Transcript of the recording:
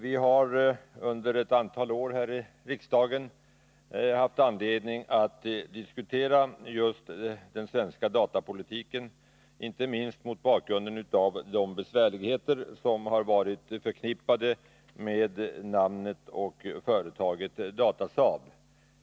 Vi har i riksdagen under ett antal år haft anledning att diskutera just den svenska datapolitiken, inte minst mot bakgrund av de besvärligheter som har varit förknippade med namnet och företaget Datasaab.